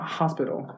hospital